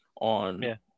on